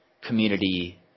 community